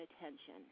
attention